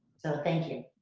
so, thank you.